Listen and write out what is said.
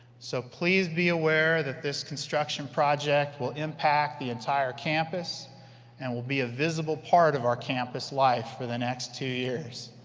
so please be aware that this construction project will impact the entire campus and will be a visible part of our campus life for the next two years.